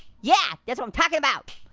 yeah, that's what i'm talking about.